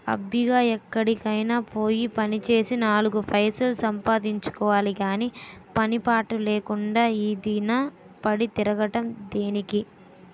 అబ్బిగా ఎక్కడికైనా పోయి పనిచేసి నాలుగు పైసలు సంపాదించుకోవాలి గాని పని పాటు లేకుండా ఈదిన పడి తిరగడం దేనికి?